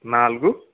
నాలుగు